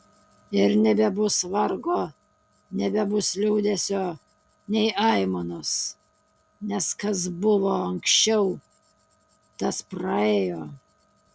ir nebebus vargo nebebus liūdesio nei aimanos nes kas buvo anksčiau tas praėjo